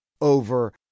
over